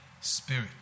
spirit